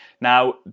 now